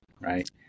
right